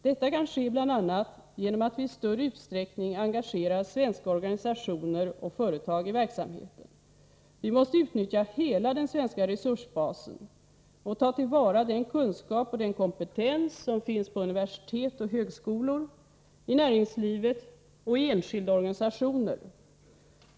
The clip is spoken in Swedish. Detta kan ske bl.a. genom att vi i större utsträckning engagerar svenska organisationer och företag i verksamheten. Vi måste utnyttja hela den svenska resursbasen och ta till vara den kunskap och den kompetens som finns på universitet och högskolor, i näringslivet och i enskilda organisationer.